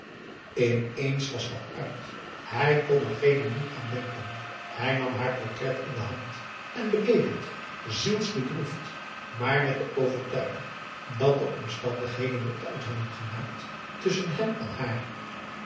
ineens was dat uit hij kon er geen minuut aan denken hij nam haar portret in de hand en bekeek het zielsbedroefd maar met de overtuiging dat de omstandigheden het uit hadden gemaakt tusschen hem en haar